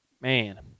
man